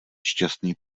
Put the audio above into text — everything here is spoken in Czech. šťastný